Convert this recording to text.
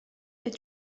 est